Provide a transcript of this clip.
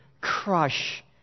crush